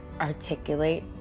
articulate